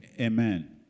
amen